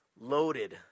Loaded